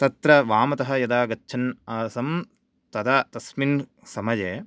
तत्र वामतः यदा गच्छन् आसं तदा अस्मिन् समये